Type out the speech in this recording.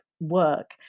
work